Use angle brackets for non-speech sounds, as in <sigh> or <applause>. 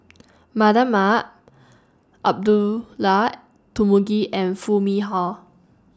<noise> Mardan Mamat Abdullah Tarmugi and Foo Mee Har